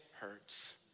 hurts